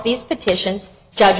these petitions judge